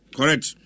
Correct